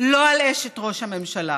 לא על אשת ראש הממשלה